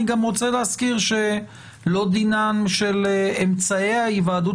אני גם רוצה להזכיר שלא דינם של אמצעי ההיוועדות